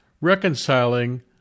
reconciling